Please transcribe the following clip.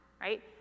right